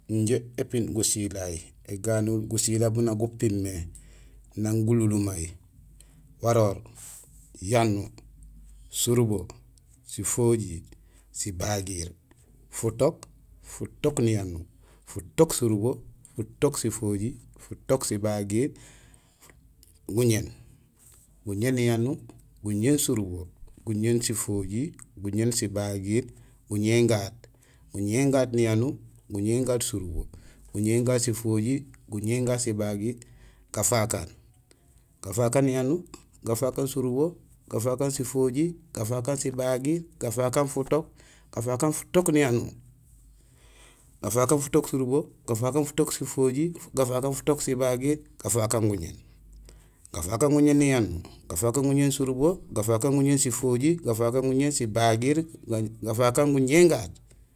Injé épiin gusilay, éganul gusilay biin nak gupiin mé nang gulunlumay: waroor, yanuur, surubo, sifojiir, sibagiir, futook, futook niyanuur, futook surubo, futook sifojiir, futook sibagiir, guñéén, guñéén niyanuur, guñéén surubo, guñéén sifojiir, guñéén sibagiir, guñéén gaat, guñéén gaat niyanuur, guñéén gaat surubo, guñéén gaat sifojiir, guñéén gaat sibagiir, gafakaan, gafakaan niyanuur, gafakaan surubo, gafakaan sifojiir, gafakaan sibagiir, gafakaan futook, gafakaan futook niyanuur, gafakaan futook surubo, gafakaan futook sifojiir, gafakaan futook sibagiir, gafakaan guñéén, gafakaan guñéén niyanuur, gafakaan guñéén surubo, gafakaan guñéén sifojiir, gafakaan guñéén sibagiir, gafakaan guñéén gaat